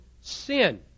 sin